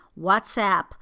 WhatsApp